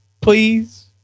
please